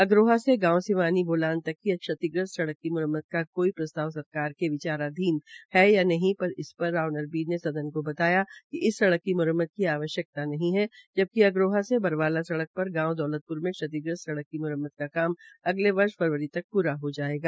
अग्रोहा से गांव सिवानी बोलान तक की क्षतिग्रस्त सडक़ की म्रम्मत का कोई प्रस्ताव सरकार के विचाराधीन है या नहीं पर राव नरबीर ने सदन को बताया कि इस सडक़ की मुरम्मत की आवश्यकता नहीं है जबकि अग्रोहा से बरवाला सडक़ पर गांव दौलतप्र में क्षतिग्रस्त सडक़ की म्रम्मत का कार्य अगले वर्ष फरवरी तक पूरा हो जाएगा